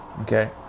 Okay